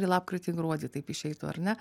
lapkritį gruodį taip išeitų ar ne